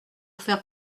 faire